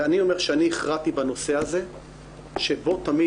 ואני אומר שאני הכרעתי בנושא הזה שבו תמיד